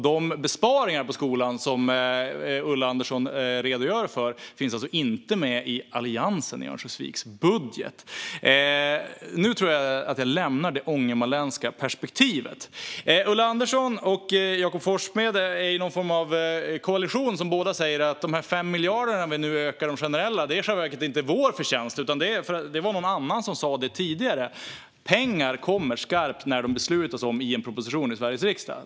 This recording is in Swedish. De besparingar på skolan som Ulla Andersson redogör för finns alltså inte med i Alliansens budget i Örnsköldsvik. Nu lämnar jag det ångermanländska perspektivet. Ulla Andersson och Jakob Forssmed är i någon form av koalition, där de båda säger att de 5 miljarder som vi nu ökar de generella statsbidragen med i själva verket inte är vår förtjänst, utan det var någon annan som sa det tidigare. Pengar kommer skarpt när vi beslutar om dem i Sveriges riksdag.